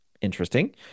Interesting